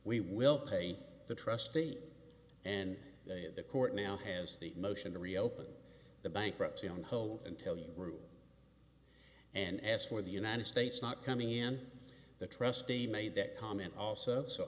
we will pay the trustee and the court now has the motion to reopen the bankruptcy on hold until you prove and as for the united states not coming in the trustee made that comment also